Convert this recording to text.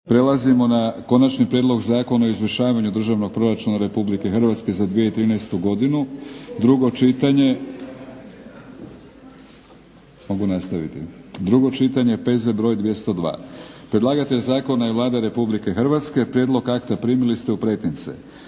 Prelazimo na - Konačni prijedlog zakona o izvršavanju Državnog proračuna Republike Hrvatske za 2013. godinu, drugo čitanje, P.Z. br. 202. Predlagatelj zakona je Vlada Republike Hrvatske. Prijedlog akta primili ste u pretince.